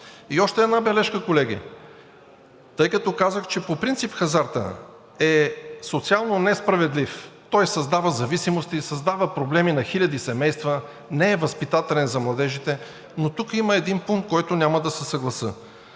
И още една бележка, колеги. Тъй като казах, че по принцип хазартът е социално несправедлив, той създава зависимости, създава проблеми на хиляди семейства, не е възпитателен за младежите, но тук има един пункт, с който няма да се съглася.